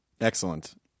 Excellent